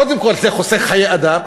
קודם כול זה חוסך חיי אדם,